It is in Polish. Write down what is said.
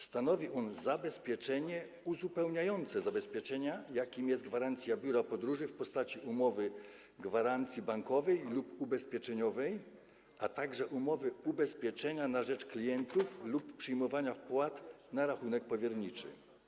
Stanowi on zabezpieczenie będące uzupełnieniem zabezpieczenia, jakim jest gwarancja biura podróży w postaci umowy gwarancji bankowej lub ubezpieczeniowej, a także umowy ubezpieczenia na rzecz klientów lub przyjmowania od nich wpłat na rachunek powierniczy.